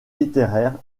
littéraire